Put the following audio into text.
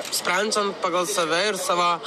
sprendžiant pagal save ir savo